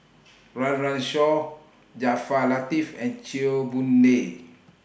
Run Run Shaw Jaafar Latiff and Chew Boon Lay